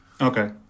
Okay